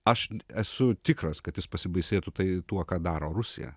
aš esu tikras kad jis pasibaisėtų tai tuo ką daro rusija